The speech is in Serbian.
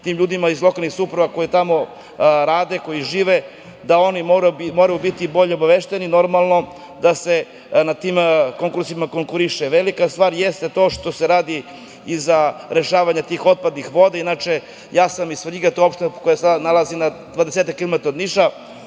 tim ljudima iz lokalnih samouprava koje tamo rade, koji tamo žive, da oni moraju biti bolje obavešteni. Normalno da se na tim konkursima konkuriše. Velika stvar jeste to što se radi za rešavanje tih otpadnih voda inače, ja sam iz Svrljiga, to je opština koja se nalazi na 20-ak kilometara